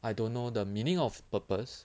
I don't know the meaning of purpose